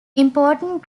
important